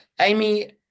Amy